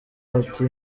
ati